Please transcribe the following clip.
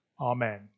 Amen